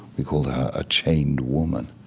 we call her a chained woman,